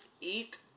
Eat